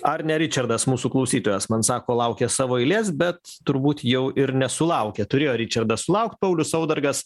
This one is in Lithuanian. ar ne ričardas mūsų klausytojas man sako laukia savo eilės bet turbūt jau ir nesulaukė turėjo ričardas sulaukt paulius saudargas